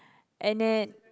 and then